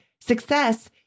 success